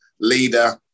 leader